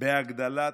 ובהגדלת